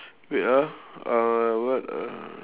wait ah uh what uh